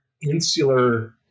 insular